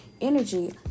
energy